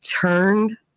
turned